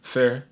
Fair